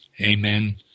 Amen